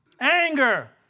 Anger